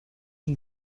une